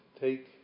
take